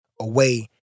away